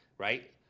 Right